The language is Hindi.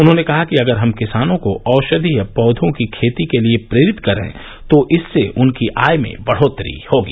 उन्होंने कहा कि अगर हम किसानों को औ ाधीय पौधों की खेती के लिए प्रेरित करें तो इससे उनकी आय में बढ़ोत्तरी होगी